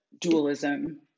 dualism